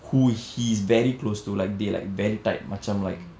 who he's very close to like they like very tight மச்சான்:macchaan like